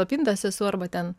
apimtas esu arba ten